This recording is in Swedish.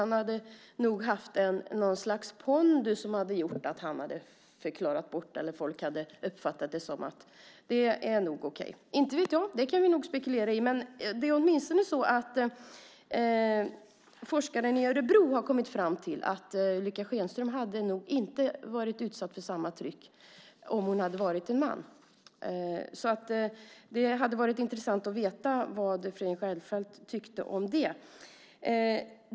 Han hade nog haft något slags pondus som hade gjort att han hade förklarat bort det eller att folk hade uppfattat det som att det nog var okej. Inte vet jag; det kan vi nog spekulera i. Men forskaren i Örebro har åtminstone kommit fram till att Ulrica Schenström nog inte hade varit utsatt för samma tryck om hon hade varit man. Det hade varit intressant att veta vad Fredrik Reinfeldt tycker om det.